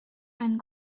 einen